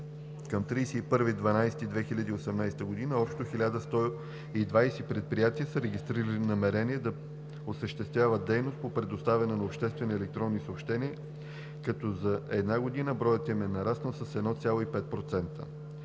декември 2018 г. общо 1120 предприятия са регистрирали намерение да осъществяват дейност по предоставяне на обществени електронни съобщения, като за една година броят им е нараснал с 1,5%.